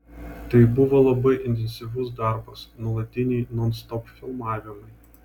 tai buvo labai intensyvus darbas nuolatiniai nonstop filmavimai